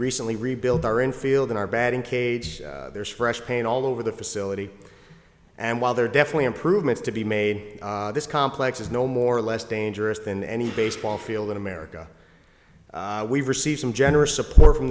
recently rebuild our infield in our batting cage there is fresh paint all over the facility and while there are definitely improvements to be made this complex is no more or less dangerous than any baseball field in america we've received some generous support from